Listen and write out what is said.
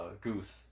Goose